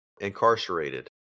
incarcerated